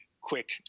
quick